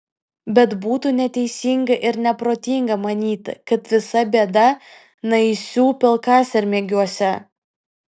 bet būtų neteisinga ir neprotinga manyti kad visa bėda naisių pilkasermėgiuose